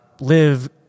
live